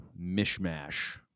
mishmash